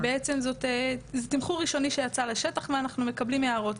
זה בעצם תמחור ראשוני שיצא לשטח ואנחנו מקבלים הערות.